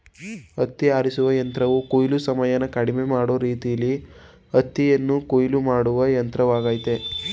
ಹತ್ತಿ ಆರಿಸುವ ಯಂತ್ರವು ಕೊಯ್ಲು ಸಮಯನ ಕಡಿಮೆ ಮಾಡೋ ರೀತಿಲೀ ಹತ್ತಿಯನ್ನು ಕೊಯ್ಲು ಮಾಡುವ ಯಂತ್ರವಾಗಯ್ತೆ